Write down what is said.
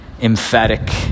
emphatic